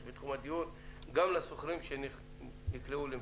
בתחום הדיור גם לשוכרים שנקלעו למצוקה.